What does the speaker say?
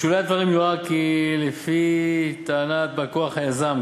בשולי הדברים יוער כי לפי טענת בא כוח היזם,